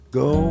go